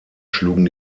schlugen